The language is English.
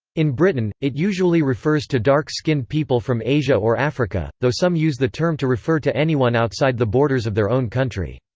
in britain, it usually refers to dark-skinned people from asia or africa, though some use the term to refer to anyone outside the borders of their own country.